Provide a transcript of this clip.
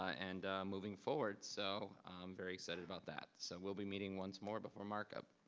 and moving forward. so very excited about that. so we'll be meeting once more before mark up.